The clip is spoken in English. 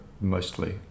mostly